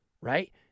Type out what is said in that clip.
right